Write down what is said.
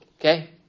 Okay